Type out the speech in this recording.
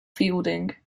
fielding